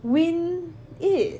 win eh